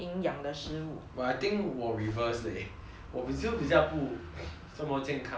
but I think 我 reverse leh 我不真么健康的食物 leh